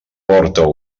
porta